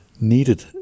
needed